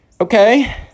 okay